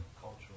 Cultural